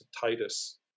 Titus